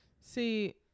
see